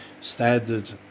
standard